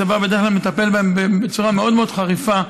הצבא בדרך כלל מטפל בהם בצורה מאוד מאוד חריפה.